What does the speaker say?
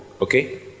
Okay